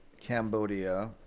Cambodia